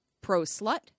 pro-slut